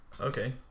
Okay